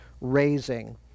raising